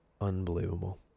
Unbelievable